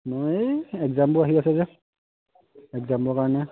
মই এই একজামবোৰ আহি আছে যে একজামৰ কাৰণে